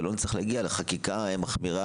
ולא נצטרך להגיע לחקיקה מחמירה.